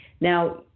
Now